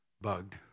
bugged